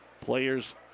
players